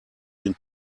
den